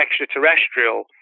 extraterrestrial